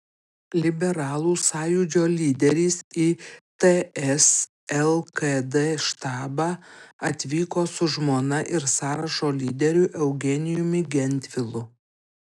liberalų sąjūdžio lyderis į ts lkd štabą atvyko su žmona ir sąrašo lyderiu eugenijumi gentvilu